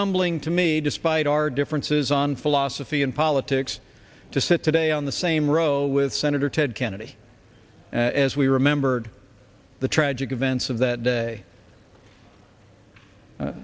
humbling to me despite our differences on philosophy and politics to sit today on the same row with senator ted kennedy as we remembered the tragic events of that day